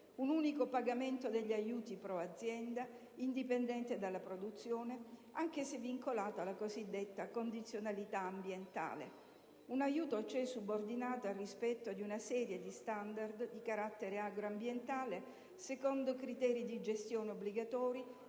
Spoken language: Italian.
un unico pagamento degli aiuti *pro* azienda indipendente dalla produzione, anche se vincolato alla cosiddetta condizionalità ambientale, un aiuto cioè subordinato al rispetto di una serie di standard di carattere agroambientale, secondo criteri di gestione obbligatori